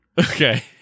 Okay